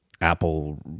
Apple